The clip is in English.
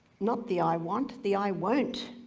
not the i want, the i won't.